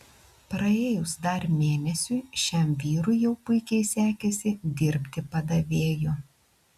praėjus dar mėnesiui šiam vyrui jau puikiai sekėsi dirbti padavėju